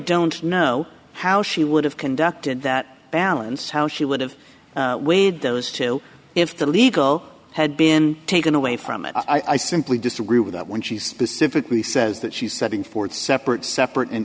don't know how she would have conducted that balance how she would have weighed those two if the legal had been taken away from it i simply disagree with that when she specifically says that she's setting forth separate separate and